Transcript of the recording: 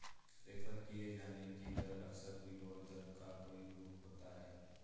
refer किये जाने की दर अक्सर लिबोर दर का कोई रूप होता है